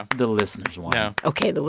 ah the listeners won yeah ok, the